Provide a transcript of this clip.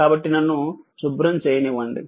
కాబట్టి నన్ను శుభ్రం చేయనివ్వండి